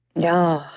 yeah,